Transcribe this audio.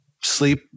sleep